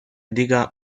diga